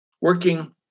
working